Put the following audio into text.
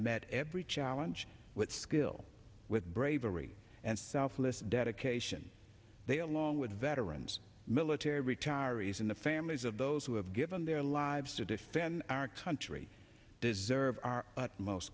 met every challenge with skill with bravery and selfless dedication they along with veterans military retirees and the families of those who have given their lives to defend our country deserve